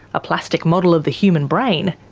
a plastic model of the human brain,